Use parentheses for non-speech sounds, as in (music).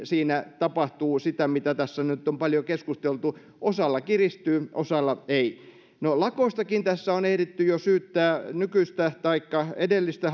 siinä tapahtuu sitä mitä tässä nyt on paljon keskusteltu osalla kiristyy osalla ei no lakoistakin tässä on ehditty jo syyttää nykyistä taikka edellistä (unintelligible)